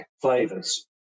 flavors